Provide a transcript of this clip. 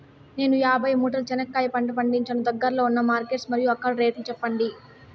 నేను యాభై మూటల చెనక్కాయ పంట పండించాను దగ్గర్లో ఉన్న మార్కెట్స్ మరియు అక్కడ రేట్లు చెప్పండి?